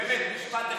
באמת, משפט אחד.